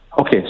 Okay